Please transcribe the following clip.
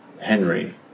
Henry